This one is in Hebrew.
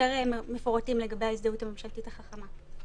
מפורטים לגבי ההזדהות הממשלתית החכמה.